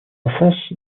enfance